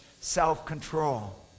self-control